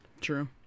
True